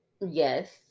Yes